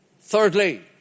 Thirdly